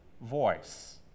voice